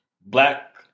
black